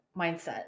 mindset